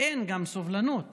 אין סובלנות